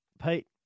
Pete